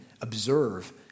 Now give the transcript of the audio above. observe